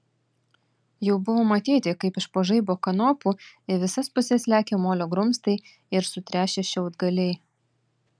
jau buvo matyti kaip iš po žaibo kanopų į visas puses lekia molio grumstai ir sutrešę šiaudgaliai